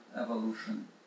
evolution